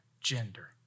gender